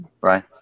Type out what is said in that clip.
Right